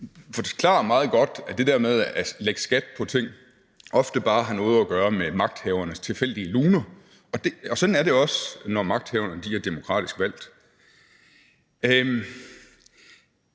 men den forklarer meget godt, at det der med at lægge skat på ting ofte bare har noget at gøre med magthavernes tilfældige luner. Sådan er det også, når magthaverne er demokratisk valgt. Nu